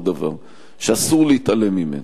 עוד דבר שאסור להתעלם ממנו.